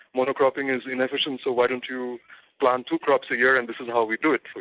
monocropping is inefficient, so why don't you plant two crops a year and this is how we do it for